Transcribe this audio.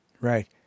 Right